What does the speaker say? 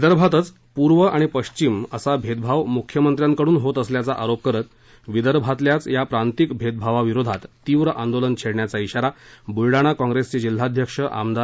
विदर्भातच पूर्व आणि पश्चिम असा भेदभाव मुख्यमंत्र्यांकडून होत असल्याचा आरोप करत विदर्भातल्याचं या प्रांतिक भेदभावाविरोधात तीव्र आंदोलन छेडण्याचा ध्वारा बुलडाणा कॉंप्रेसचे जिल्हाध्यक्ष आमदार